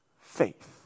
faith